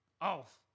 Off